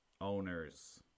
owners